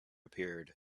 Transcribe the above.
appeared